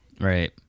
Right